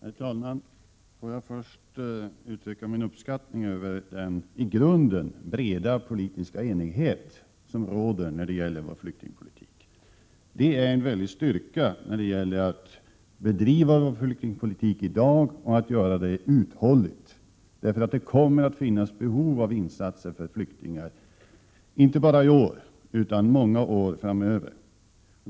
Herr talman! Jag vill först uttrycka min uppskattning över den i grunden breda politiska enighet som råder när det gäller vår flyktingpolitik. Det är en stor styrka vid bedrivandet av vår flyktingpolitik, i dag och på längre sikt. Behov av insatser för flyktingar kommer ju att finnas inte bara i år utan under många år framöver.